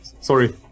Sorry